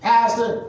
Pastor